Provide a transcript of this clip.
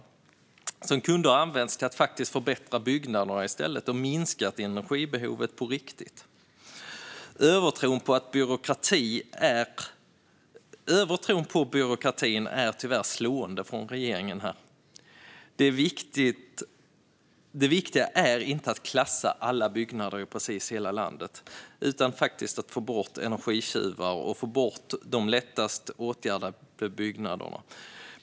I stället kunde dessa resurser ha använts till att faktiskt förbättra byggnaderna och minska energibehovet på riktigt. Övertron på byråkratin från regeringen är tyvärr slående. Det viktiga är inte att klassa alla byggnader i hela landet utan faktiskt att få bort energitjuvar och förbättra de byggnader som är lättast att åtgärda.